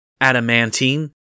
Adamantine